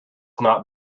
not